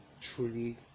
truly